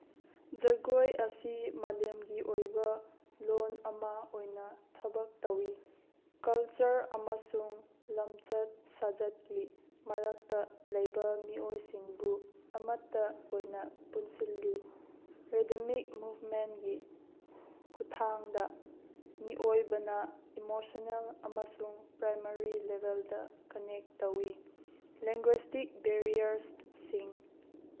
ꯖꯒꯣꯏ ꯑꯁꯤ ꯃꯥꯂꯦꯝꯒꯤ ꯑꯣꯏꯕ ꯂꯣꯟ ꯑꯃ ꯑꯣꯏꯅ ꯊꯕꯛ ꯇꯧꯏ ꯀꯜꯆꯔ ꯑꯃꯁꯨꯡ ꯂꯝꯆꯠ ꯁꯥꯖꯠꯀꯤ ꯃꯔꯛꯇ ꯂꯩꯕ ꯃꯤꯑꯣꯏꯁꯤꯡꯕꯨ ꯑꯃꯠꯇ ꯑꯣꯏꯅ ꯄꯨꯟꯁꯤꯜꯂꯤ ꯔꯦꯗꯤꯃꯤꯛ ꯃꯨꯞꯃꯦꯟꯒꯤ ꯈꯨꯊꯥꯡꯗ ꯃꯤꯑꯣꯏꯕꯅ ꯏꯃꯣꯁꯟꯅꯦꯜ ꯑꯃꯁꯨꯡ ꯄ꯭ꯔꯥꯏꯃꯥꯔꯤ ꯂꯦꯕꯦꯜꯗ ꯀꯅꯦꯛ ꯇꯧꯏ ꯂꯦꯡꯒ꯭ꯋꯦꯁꯇꯤꯛ ꯕꯦꯔꯤꯌꯔꯁꯁꯤꯡ